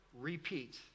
repeat